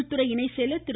உள்துறை இணைச்செயலர் திரு